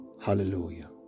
hallelujah